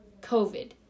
COVID